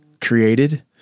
created